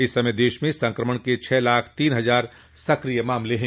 इस समय देश में संक्रमण के छह लाख तीन हजार सक्रिय मामले हैं